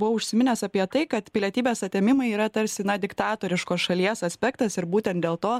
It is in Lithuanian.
buvo užsiminęs apie tai kad pilietybės atėmimai yra tarsi na diktatoriškos šalies aspektas ir būtent dėl to